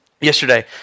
yesterday